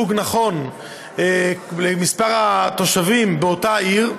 שבהן יש לו ייצוג נכון למספר התושבים באותה עיר,